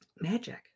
magic